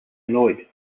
annoyed